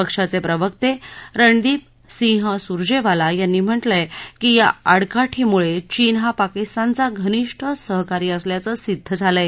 पक्षाचे प्रवक्ते रणदीप सिंह सुर्जेवाला यांनी म्हाक्रिंय की या आडकाठीमुळे चीन हा पाकिस्तानचा घनिष्ठ सहकारी असल्याचं सिद्ध झालंय